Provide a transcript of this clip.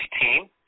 team